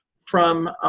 from